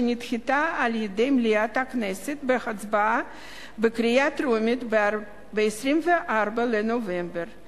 שנדחתה על-ידי מליאת הכנסת בהצבעה בקריאה טרומית ב-24 בנובמבר 2010,